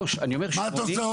מה אתה עושה